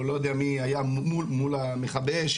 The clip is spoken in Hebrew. או לא יודע מי היה מול מכבי האש,